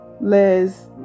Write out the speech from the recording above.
liz